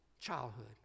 Childhood